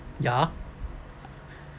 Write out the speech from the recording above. ya